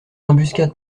embuscade